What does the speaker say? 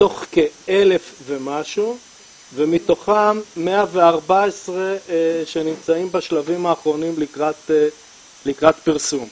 מתוך כ-1,000 ומשהו ומתוכם 114 שנמצאים בשלבים האחרונים לקראת פרסום.